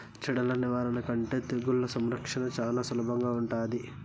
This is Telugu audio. చెదల నివారణ కంటే తెగుళ్ల సంరక్షణ చానా సులభంగా ఉంటాది